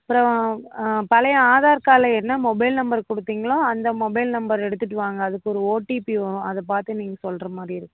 அப்புறோம் பழைய ஆதார் கார்டில் என்ன மொபைல் நம்பர் கொடுத்திங்களோ அந்த மொபைல் நம்பர் எடுத்துகிட்டு வாங்க அதுக்கு ஒரு ஓடிபி வரும் அதை பார்த்து நீங்கள் சொல்கிற மாதிரி இருக்கும்